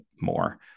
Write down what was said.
more